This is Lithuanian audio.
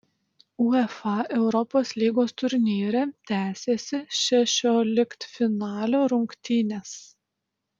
uefa europos lygos turnyre tęsėsi šešioliktfinalio rungtynės